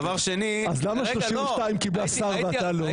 אז למה 32 קיבלה שר ואתה לא?